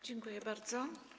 Dziękuję bardzo.